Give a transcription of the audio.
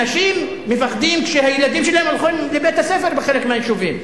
אנשים מפחדים כשהילדים שלהם הולכים לבית-הספר בחלק מהיישובים.